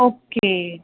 okay